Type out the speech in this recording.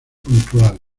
puntuales